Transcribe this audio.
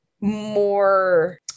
more